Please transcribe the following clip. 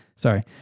Sorry